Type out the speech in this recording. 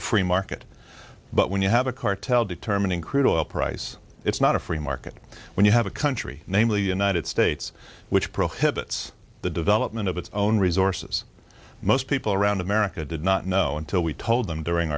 free market but when you have a cartel determining crude oil price it's not a free market when you have a country namely the united states which prohibits the development of its own resources most people around america did not know until we told them during